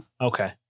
Okay